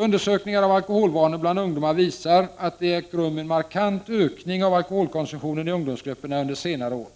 Undersökningar av alkoholvanor bland ungdomar visar att det ägt rum en markant ökning av alkoholkonsumtionen i ungdomsgrupperna under senare år.